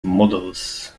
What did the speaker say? models